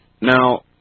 Now